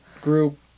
group